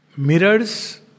Mirrors